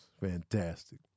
fantastic